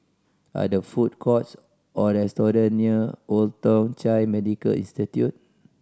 are there food courts or restaurant near Old Thong Chai Medical Institution